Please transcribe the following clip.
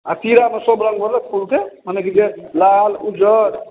आओर तीरामे सब रङ्गवला फूलके मने कि जे लाल उज्जर